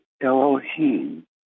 Elohim